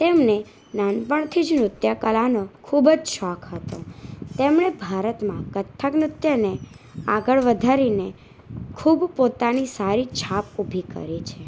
તેમને નાનપણથી જ નૃત્યકલાનો ખૂબ જ શોખ હતો તેમણે ભારતમાં કથક નૃત્યને આગળ વધારીને ખૂબ પોતાની સારી છાપ ઊભી કરી છે